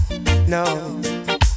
no